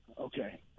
Okay